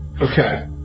Okay